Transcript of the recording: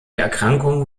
erkrankung